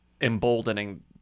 emboldening